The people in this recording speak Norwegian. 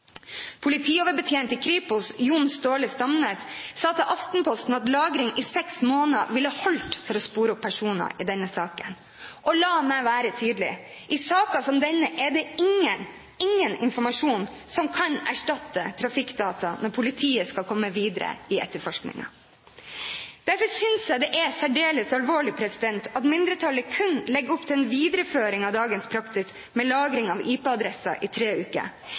Politioverbetjent i Kripos, John Ståle Stamnes, sa til Aftenposten at lagring i seks måneder ville holdt for å spore opp personer i denne saken. Og la meg være tydelig: I saker som denne er det ingen – ingen – informasjon som kan erstatte trafikkdata når politiet skal komme videre i etterforskningen. Derfor synes jeg det er særdeles alvorlig at mindretallet kun legger opp til en videreføring av dagens praksis med lagring av IP-adresser i tre uker.